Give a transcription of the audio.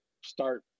start